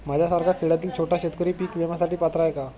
माझ्यासारखा खेड्यातील छोटा शेतकरी पीक विम्यासाठी पात्र आहे का?